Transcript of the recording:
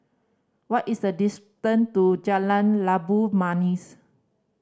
what is the distance to Jalan Labu Manis